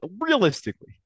realistically